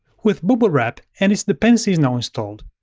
with bubblewrap and its dependencies now installed,